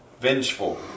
vengeful